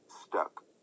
stuck